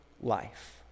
life